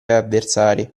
avversari